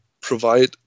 provide